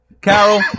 Carol